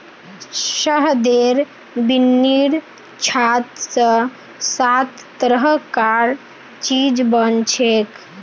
शहदेर बिन्नीर छात स सात तरह कार चीज बनछेक